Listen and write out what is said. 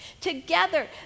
Together